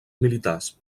militars